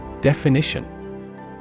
Definition